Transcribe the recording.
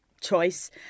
choice